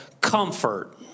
comfort